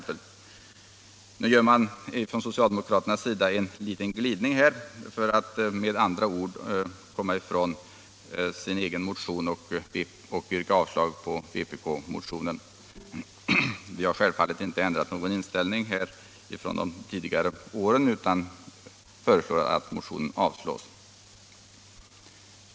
Nu gör man från = socialdemokraternas sida en liten glidning för att komma från sin egen = Anslag till bostadsmotion och yrka avslag på vpk-motionen. byggande, m.m. Vi inom den borgerliga majoriteten har självfallet inte ändrat inställningen från de tidigare åren utan föreslår att motionen avslås.